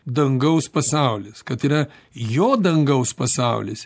dangaus pasaulis kad yra jo dangaus pasaulis